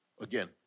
Again